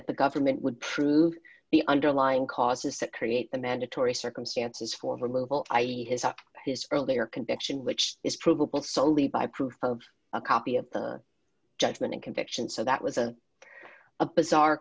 that the government would prove the underlying causes that create the mandatory circumstances for removal i e his on his earlier conviction which is provable so only by proof of a copy of the judgment and conviction so that was a a bizarre